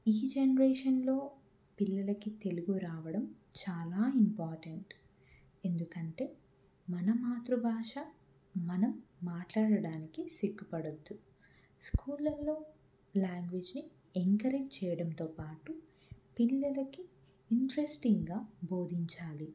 ఈ జెన్రేషన్లో పిల్లలకి తెలుగు రావడం చాలా ఇంపార్టెంట్ ఎందుకంటే మన మాతృభాష మనం మాట్లాడడానికి సిగ్గుపడవద్దు స్కూళ్ళల్లో లాంగ్వేజ్ని ఎంకరేజ్ చెయ్యడంతో పాటు పిల్లలకి ఇంట్రెస్టింగా భోధించాలి